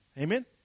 Amen